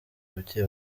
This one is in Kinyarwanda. bucye